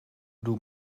doe